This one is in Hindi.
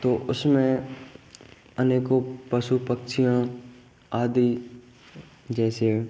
तो उसमें अनेकों पशु पक्षियाँ आदि जैसे